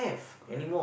correct